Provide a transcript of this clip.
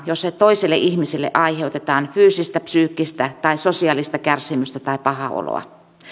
jossa toiselle ihmiselle aiheutetaan fyysistä psyykkistä tai sosiaalista kärsimystä tai pahaa oloa